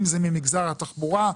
אם זה ממגזר התחבורה,